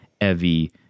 Evie